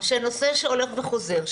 כשנושא הולך וחוזר,